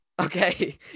okay